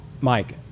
Mike